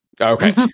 Okay